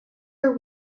are